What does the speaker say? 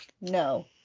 No